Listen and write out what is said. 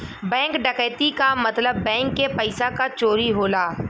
bank डकैती क मतलब बैंक के पइसा क चोरी होला